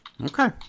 okay